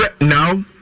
Now